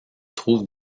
trouvent